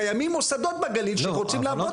קיימים מוסדות בגליל שרוצים לעבוד.